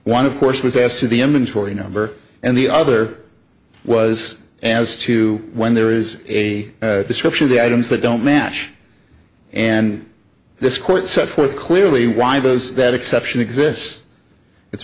one of course was as to the inventory number and the other was as to when there is a description of the items that don't match and this court set forth clearly why those that exception exists it's